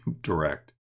direct